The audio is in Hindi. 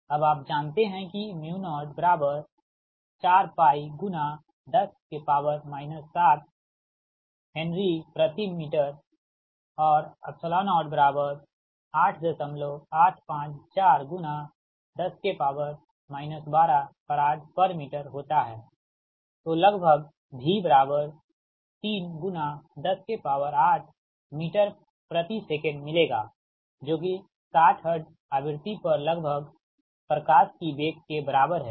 अब आप जानते हैं किu04 10 7Hm 08854 10 12Fm होता हैतो लगभग v3 108msecमिलेगा जो कि 60 हर्ट्ज आवृत्ति पर लगभग प्रकाश की वेग के बराबर है